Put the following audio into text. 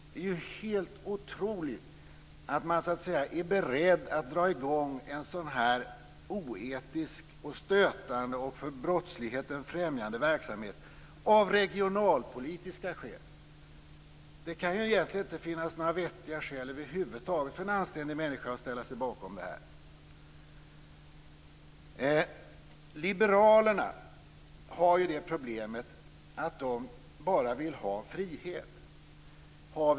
Det är helt otroligt att man är beredd att dra i gång en oetisk, stötande och för brottsligheten främjande verksamhet av regionalpolitiska skäl. Det kan ju egentligen inte finnas några vettiga skäl över huvud taget för en anständig människa att ställa sig bakom detta. Liberalerna har det problemet att de bara vill ha frihet.